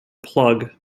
plug